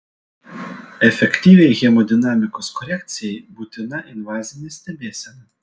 efektyviai hemodinamikos korekcijai būtina invazinė stebėsena